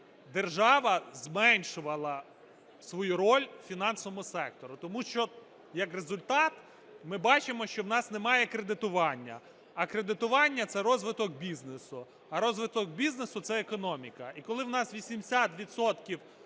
держава зменшувала свою роль у фінансовому секторі. Тому що як результат ми бачимо, що в нас немає кредитування, а кредитування – це розвиток бізнесу, а розвиток бізнесу – це економіка.